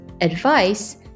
advice